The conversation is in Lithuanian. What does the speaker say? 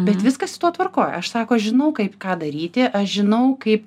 bet viskas su tuo tvarkoj aš sako žinau kaip ką daryti aš žinau kaip